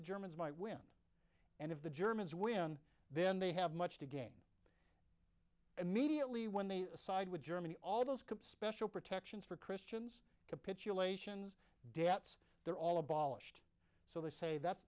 the germans might win and if the germans win then they have much to gain immediately when they side with germany all those special protections for christians capitulations debts they're all abolished so they say that